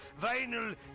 vinyl